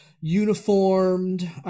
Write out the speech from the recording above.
uniformed